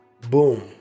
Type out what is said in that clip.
Boom